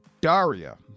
daria